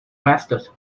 pastos